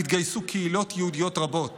התגייסו קהילות יהודיות רבות